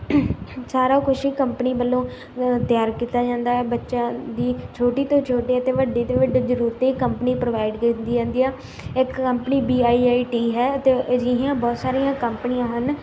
ਸਾਰਾ ਕੁਛ ਹੀ ਕੰਪਨੀ ਵਲੋਂ ਤਿਆਰ ਕੀਤਾ ਜਾਂਦਾ ਹੈ ਬੱਚਿਆਂ ਦੀ ਛੋਟੀ ਤੋਂ ਛੋਟੀ ਅਤੇ ਵੱਡੀ ਤੋਂ ਵੱਡੀ ਜ਼ਰੂਰਤ ਕੰਪਨੀ ਪ੍ਰਵਾਇਡ ਕੀਤੀ ਜਾਂਦੀ ਹੈ ਇੱਕ company B I I T ਹੈ ਅਤੇ ਅਜਿਹੀਆਂ ਬਹੁਤ ਸਾਰੀਆਂ ਕੰਪਨੀਆਂ ਹਨ